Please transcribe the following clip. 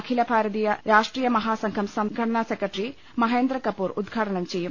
അഖില ഭാരതീയ രാഷ്ട്രീയ മഹാസംഘം സംഘടന സെക്രട്ടറി മഹേന്ദ്രകപൂർ ഉദ്ഘാടനം ചെയ്യും